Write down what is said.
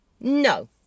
No